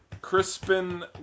Crispin